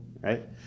right